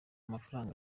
mafaranga